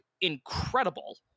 incredible